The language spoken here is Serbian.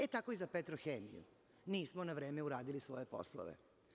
E, tako i za Petrohemiju, nismo na vreme uradili svoje poslove.